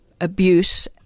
abuse